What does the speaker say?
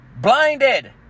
Blinded